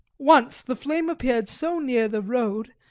once the flame appeared so near the road,